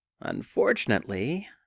Unfortunately